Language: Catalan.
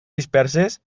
disperses